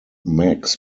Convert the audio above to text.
max